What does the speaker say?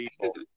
people